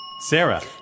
Sarah